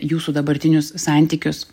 jūsų dabartinius santykius